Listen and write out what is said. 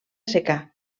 secà